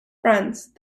france